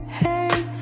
hey